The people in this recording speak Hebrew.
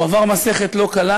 הוא עבר מסכת לא קלה,